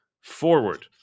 forward